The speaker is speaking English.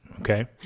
Okay